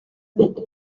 rwanda